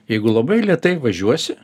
jeigu labai lėtai važiuosi